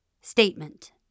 Statement